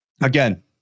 again